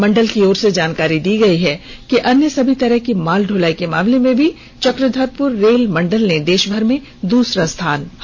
मंडल की ओर से जानकारी दी गई है कि अन्य सभी तरह की माल दुलाई के मामले में भी चक्रधपुर रेल मंडल ने देषभर में दूसरा स्थान प्राप्त किया है